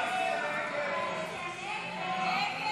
הסתייגות 86 לא נתקבלה.